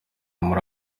muri